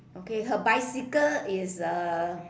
okay her bicycle is uh